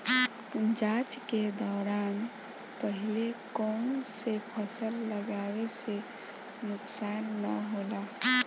जाँच के दौरान पहिले कौन से फसल लगावे से नुकसान न होला?